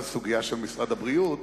זאת סוגיה של משרד הבריאות,